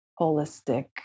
holistic